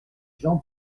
jean